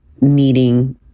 needing